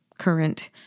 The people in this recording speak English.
Current